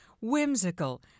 whimsical